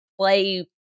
play